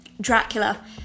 Dracula